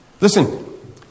listen